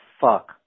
fuck